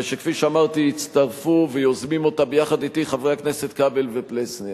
וכפי שאמרתי הצטרפו ויוזמים אותה יחד אתי חברי הכנסת כבל ופלסנר,